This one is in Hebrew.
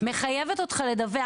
זה מחייב אותך לדווח,